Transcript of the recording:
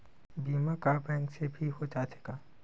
बीमा का बैंक से भी हो जाथे का?